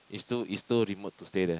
is too is too remote to stay there